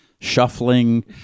shuffling